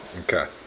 Okay